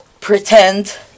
pretend